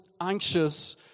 anxious